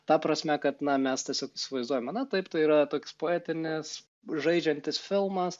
ta prasme kad na mes tiesiog įsivaizduojame na taip tai yra toks poetinis žaidžiantis filmas